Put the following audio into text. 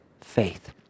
faith